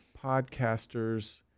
podcasters